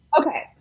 Okay